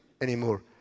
anymore